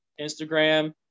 Instagram